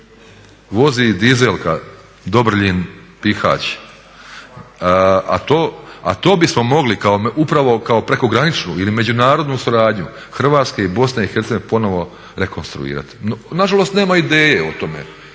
Vozi dizelka Dobriljin-Bihać. A to bismo mogli upravo kao prekograničnu ili međunarodnu suradnju Hrvatske i BiH ponovno rekonstruirati. Nažalost, nema ideje o tome.